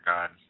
God